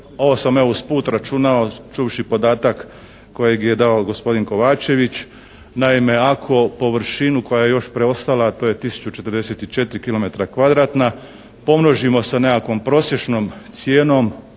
Ovo sam evo usput računao čuvši podatak kojeg je dao gospodin Kovačević. Naime ako površinu koja je još preostala a to je 1044 kilometra kvadratna pomnožimo sa nekakvom prosječnom cijenom